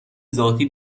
ذاتی